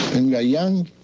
and young,